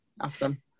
Awesome